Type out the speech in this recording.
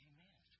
Amen